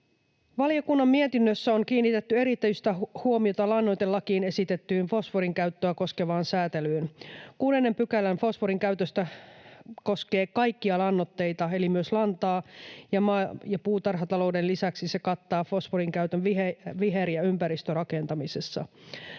Valiokunnan mietinnössä on kiinnitetty erityistä huomiota lannoitelakiin esitettyyn fosforin käyttöä koskevaan säätelyyn. 6 § fosforin käytöstä koskee kaikkia lannoitteita, eli myös lantaa, ja maa- ja puutarhatalouden lisäksi se kattaa fosforinkäytön viher- ja ympäristörakentamisessa.